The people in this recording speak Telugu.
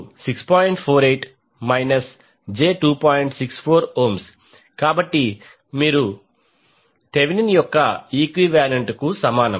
64 కాబట్టి ఇప్పుడు మీరు థెవెనిన్ యొక్క ఈక్వి వాలెంట్ కు సమానం